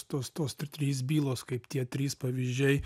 tos tos try trys bylos kaip tie trys pavyzdžiai